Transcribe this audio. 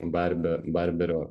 barbe barberio